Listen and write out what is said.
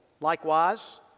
Likewise